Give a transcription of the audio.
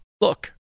Look